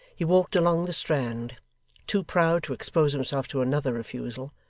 he walked along the strand too proud to expose himself to another refusal,